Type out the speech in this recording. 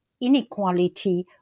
inequality